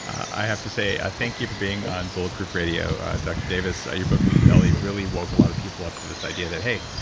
i have to say a thank you for being on bulletproof radio, dr. davis. your book wheat belly really woke a lotta people up to this idea that hey,